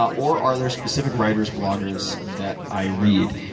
or are there specific writers, bloggers that i read?